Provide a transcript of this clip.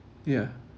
yeah